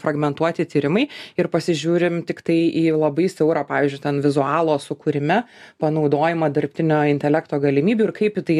fragmentuoti tyrimai ir pasižiūrim tiktai į labai siaurą pavyzdžiui ten vizualo sukūrime panaudojimą dirbtinio intelekto galimybių ir kaip į tai